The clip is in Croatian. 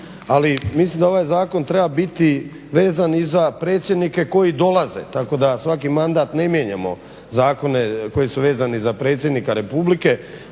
ali mislim da ovaj zakon treba biti vezan i za predsjednike koji dolaze. Tako da svaki mandat ne mijenjamo zakone koji su vezani za predsjednika Republike,